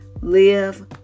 live